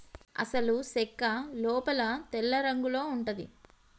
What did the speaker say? అసలు సెక్క లోపల తెల్లరంగులో ఉంటది